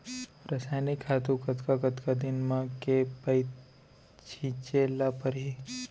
रसायनिक खातू कतका कतका दिन म, के पइत छिंचे ल परहि?